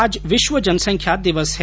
आज विष्व जनसंख्या दिवस है